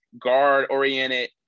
guard-oriented